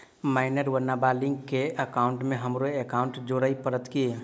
Minor वा नबालिग केँ एकाउंटमे हमरो एकाउन्ट जोड़य पड़त की?